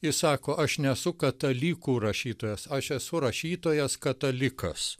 jis sako aš nesu katalikų rašytojas aš esu rašytojas katalikas